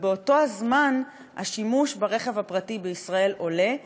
ובאותו הזמן השימוש ברכב הפרטי בישראל עולה,